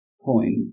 point